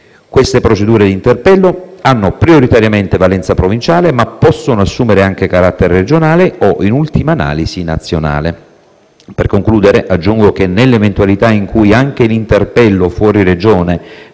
Queste procedure di interpello hanno prioritariamente valenza provinciale ma possono assumere anche carattere regionale o, in ultima analisi, nazionale. Per concludere, aggiungo che, nell'eventualità in cui anche l'interpello fuori Regione